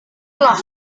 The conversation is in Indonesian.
lelah